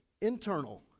internal